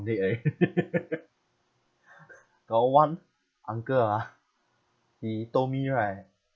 eh got one uncle ah he told me right